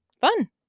Fun